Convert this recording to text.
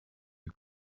you